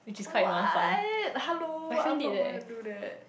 but why hello I am not gonna to do that